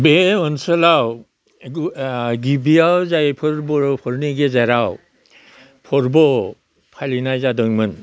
बे ओनसोलाव गिबियाव जायफोर बर'फोरनि गेजेराव फोरबो फालिनाय जादोंमोन